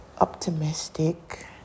Optimistic